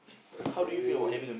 as for me ah